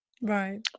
Right